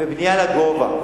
בבנייה לגובה.